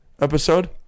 episode